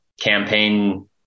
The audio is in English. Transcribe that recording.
Campaign